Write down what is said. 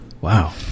wow